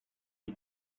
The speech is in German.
die